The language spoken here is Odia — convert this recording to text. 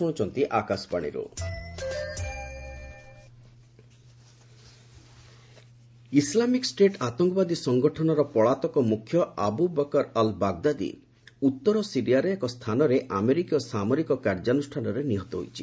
ବାଗ୍ଦାଦି କିଲ୍ଡ୍ ଇସ୍ଲାମିକ୍ ଷ୍ଟେଟ୍ ଆତଙ୍କବାଦୀ ସଙ୍ଗଠନର ପଳାତକ ମୁଖ୍ୟ ଆବୁ ବକର୍ ଅଲ୍ ବାଗ୍ଦାଦି ଉତ୍ତର ସିରିଆର ଏକ ସ୍ଥାନରେ ଆମେରିକୀୟ ସାମରିକ କାର୍ଯ୍ୟାନୁଷ୍ଠାନରେ ନିହତ ହୋଇଛି